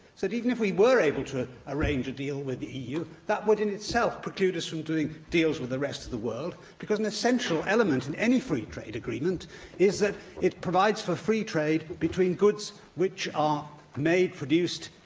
that, even if we were able to arrange a deal with the eu, that would in itself preclude us from doing deals with the rest of the world, because an essential element in any free trade agreement is that it provides for free trade but between goods that are made, produced,